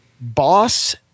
boss